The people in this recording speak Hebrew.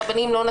את רובן מכרתי.